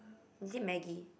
is it Maggie